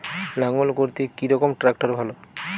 লাঙ্গল করতে কি রকম ট্রাকটার ভালো?